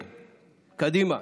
קדימה.